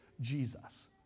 Jesus